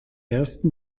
ersten